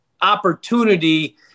opportunity